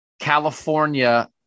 California –